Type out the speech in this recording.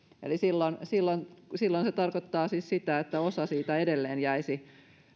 eli silloin silloin se tarkoittaa siis sitä että osa siitä edelleen jäisi